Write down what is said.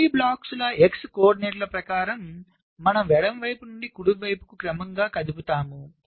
అన్ని బ్లాకుల x కోఆర్డినేట్ల ప్రకారం మనం ఎడమ వైపు నుండి కుడి వైపుకు క్రమంగా కడుపుతాము